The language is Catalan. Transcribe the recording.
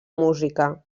música